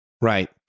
Right